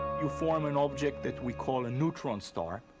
you form an object that we call a neutron star,